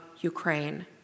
Ukraine